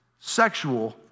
sexual